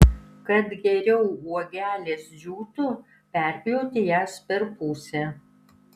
kad geriau uogelės džiūtų perpjauti jas per pusę